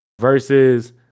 versus